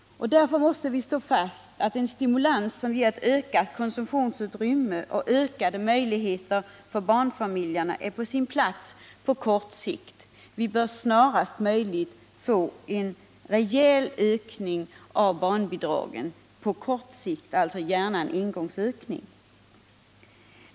Därför måste vi slå fast att en stimulans som ger ökat konsumtionsutrymme och ökade möjligheter för barnfamiljerna är på sin plats på kort sikt. Vi bör snarast möjligt få en rejäl ökning av barnbidragen på kort sikt — alltså gärna en engångsökning.